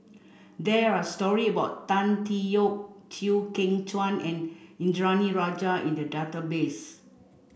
there are story about Tan Tee Yoke Chew Kheng Chuan and Indranee Rajah in the database